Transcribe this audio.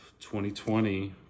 2020